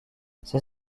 ses